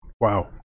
Wow